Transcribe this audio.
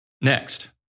Next